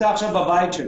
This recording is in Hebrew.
בביתו